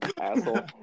asshole